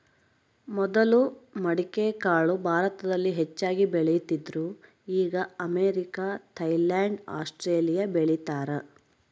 ಮೊದಲು ಮಡಿಕೆಕಾಳು ಭಾರತದಲ್ಲಿ ಹೆಚ್ಚಾಗಿ ಬೆಳೀತಿದ್ರು ಈಗ ಅಮೇರಿಕ, ಥೈಲ್ಯಾಂಡ್ ಆಸ್ಟ್ರೇಲಿಯಾ ಬೆಳೀತಾರ